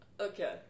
Okay